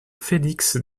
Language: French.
félix